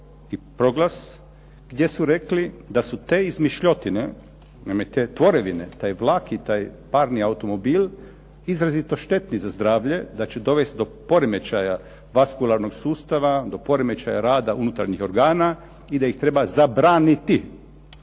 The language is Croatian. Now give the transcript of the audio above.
i proglas gdje su rekli da su te izmišljotine, naime te tvorevine, taj vlak i taj parni automobil, izrazito štetni za zdravlje, da će dovesti do poremećaja vaskularnog sustava, do poremećaja rada unutarnjih organa i da ih treba zabraniti.